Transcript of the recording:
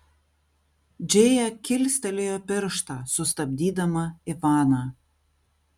džėja kilstelėjo pirštą sustabdydama ivaną